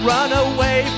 Runaway